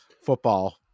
football